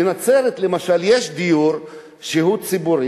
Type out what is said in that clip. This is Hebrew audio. בנצרת למשל יש דיור ציבורי,